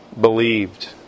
believed